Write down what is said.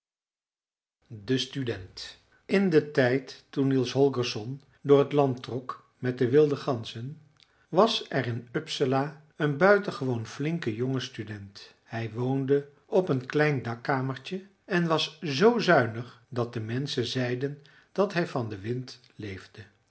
de student in den tijd toen niels holgersson door het land trok met de wilde ganzen was er in uppsala een buitengewoon flinke jonge student hij woonde op een klein dakkamertje en was zoo zuinig dat de menschen zeiden dat hij van den wind leefde